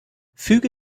füge